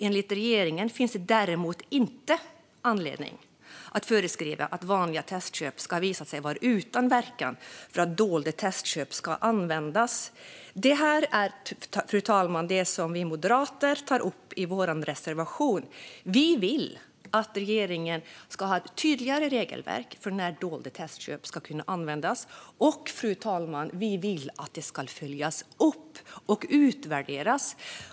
Enligt regeringen finns det däremot inte anledning att föreskriva att vanliga testköp ska ha visat sig vara utan verkan för att dolda testköp ska kunna användas." Fru talman! Det är det här som vi moderater tar upp i vår reservation. Vi vill att regeringen ska ett ha tydligare regelverk för när dolda testköp ska kunna användas. Och, fru talman, vi vill att det ska följas upp och utvärderas.